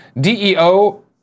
DEO